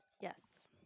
Yes